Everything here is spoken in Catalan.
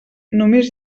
només